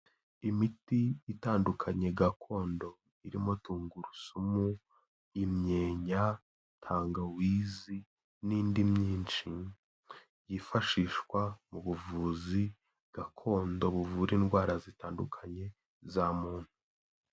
Imiti itandukanye gakondo. Irimo tungurusumu, imyeya, tangawizi, n'indi myinshi. Yifashishwa mu buvuzi gakondo buvura indwara zitandukanye, za muntu.